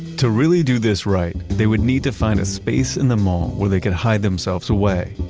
to really do this right, they would need to find a space in the mall where they could hide themselves away,